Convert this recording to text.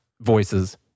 voices